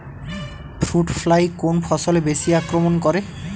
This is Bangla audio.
ফ্রুট ফ্লাই কোন ফসলে বেশি আক্রমন করে?